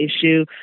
issue